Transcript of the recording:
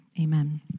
Amen